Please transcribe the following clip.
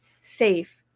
safe